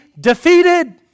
defeated